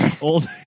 old